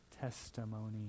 testimony